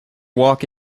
walk